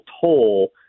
toll